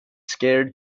scared